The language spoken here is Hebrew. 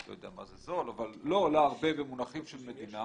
לא יודע מה זה זול, אבל לא הרבה במונחים של מדינה,